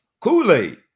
kool-aid